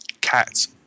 cats